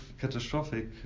catastrophic